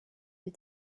des